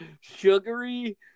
sugary